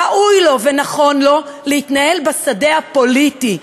ראוי לו ונכון לו להתנהל בשדה הפוליטי.